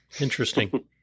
Interesting